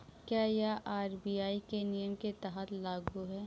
क्या यह आर.बी.आई के नियम के तहत लागू है?